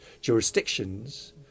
jurisdictions